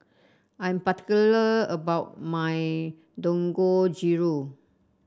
I'm particular about my Dangojiru